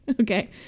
Okay